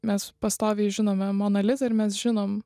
mes pastoviai žinome moną lizą ir mes žinom